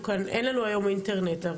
היום אינטרנט,